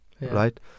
right